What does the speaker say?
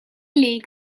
league